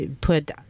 put